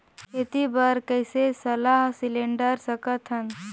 खेती बर कइसे सलाह सिलेंडर सकथन?